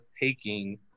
taking